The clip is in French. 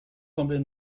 semblez